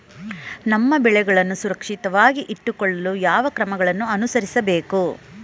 ನಮ್ಮ ಬೆಳೆಗಳನ್ನು ಸುರಕ್ಷಿತವಾಗಿಟ್ಟು ಕೊಳ್ಳಲು ಯಾವ ಕ್ರಮಗಳನ್ನು ಅನುಸರಿಸಬೇಕು?